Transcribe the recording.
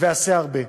ועשה הרבה".